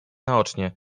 naocznie